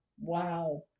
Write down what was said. Wow